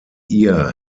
ihr